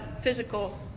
physical